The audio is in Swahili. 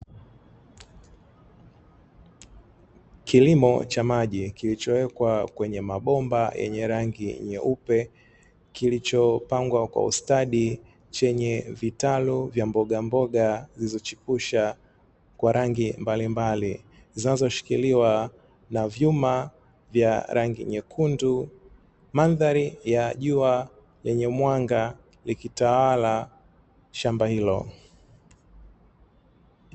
Kilimo cha maji kilichowekwa kwenye mabomba yenye rangi nyeupe kilichopangwa kwa ustadi chenye vitalu vya mbogamboga zilizochipusha kwa rangi mbalimbali zinazoshikiliwa na vyuma vya rangi nyekundu. Mandhari ya jua lenye mwanga likitawala shamba hilo.